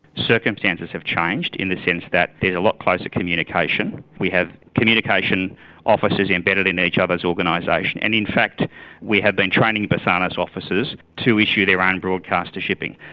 circumstances have changed in the sense that there's a lot closer communication. we have communication officers embedded in each other's organisation, and in fact we have been training basarnas officers to issue their own broadcast to shipping.